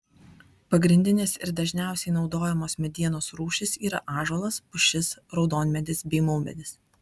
pagrindinės ir dažniausiai naudojamos medienos rūšys yra ąžuolas pušis raudonmedis bei maumedis